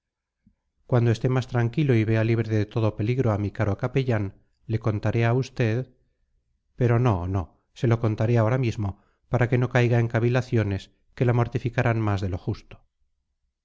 cuando esté más tranquilo y vea libre de todo peligro a mi caro capellán le contaré a usted pero no no se lo contaré ahora mismo para que no caiga en cavilaciones que la mortificaran más de lo justo